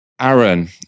Aaron